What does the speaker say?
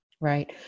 Right